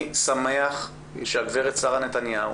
אני שמח שהגברת שרה נתניהו